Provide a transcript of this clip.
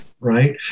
right